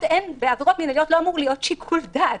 בעבירות מנהליות לא אמור להיות שיקול דעת,